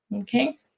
okay